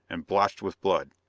and blotched with blood.